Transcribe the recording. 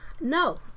no